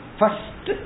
first